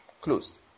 closed